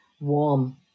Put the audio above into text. warm